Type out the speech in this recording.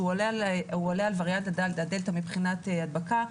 שהוא עולה על וריאנט הדלתא מבחינת הדבקה.